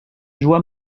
joua